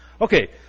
Okay